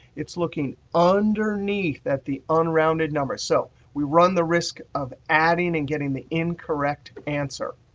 it's looking underneath at the unrounded number. so we run the risk of adding and getting the incorrect answer.